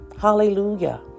Hallelujah